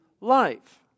life